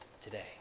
today